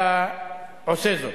אתה עושה זאת.